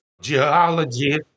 geology